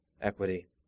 equity